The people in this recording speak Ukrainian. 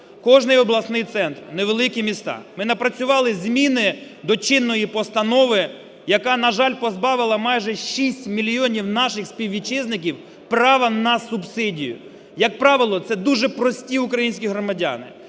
кожен обласний центр, невеликі міста. Ми напрацювали зміни до чинної постанови, яка, на жаль, позбавила майже 6 мільйонів наших співвітчизників права на субсидію. Як правило, це дуже прості українські громадяни,